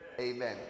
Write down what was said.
Amen